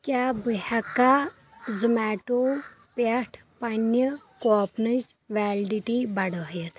کیٛاہ بہٕ ہٮ۪کا زومیٹو پٮ۪ٹھٕ پنٕنہِ کوپنٕچ ویلڈٹی بڑٲیِتھ؟